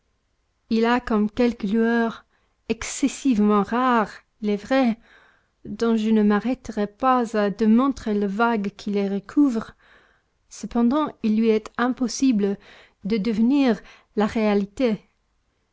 il a comme quelques lueurs excessivement rares il est vrai dont je ne m'arrêterai pas à démontrer le vague qui les recouvre cependant il lui est impossible de deviner la réalité